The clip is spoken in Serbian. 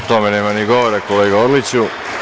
O tome nema ni govora, kolega Orliću.